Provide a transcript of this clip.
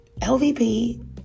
LVP